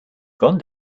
gone